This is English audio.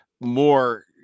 more